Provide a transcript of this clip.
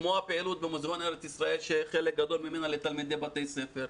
כמו הפעילות במוזיאון ארץ ישראל שחלק גדול ממנה לתלמידי בתי ספר.